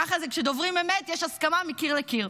ככה זה, כשדוברים אמת יש הסכמה מקיר לקיר.